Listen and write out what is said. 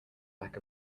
back